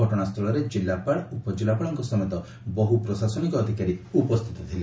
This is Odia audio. ଘଟଣାସ୍ଥିଳରେ ଜିଲ୍ଲାପାଳ ଉପଜିଲ୍ଲାପାଳଙ୍କ ସମେତ ବହୁ ପ୍ରଶାସନିକ ଅଧିକାରୀ ଉପସ୍ତିତ ଥିଲେ